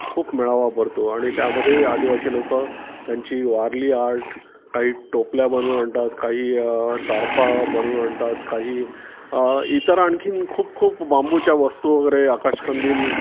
खूप मेळावा भरतो आणि त्यामध्ये आदिवासी लोक त्यांची वारली आर्ट काही टोपल्या बनवून आणतात काही तारपा बनवून आणतात काही इतर आणखीन खूप खूप बांबूच्या वस्तू वगैरे आकाश कंदील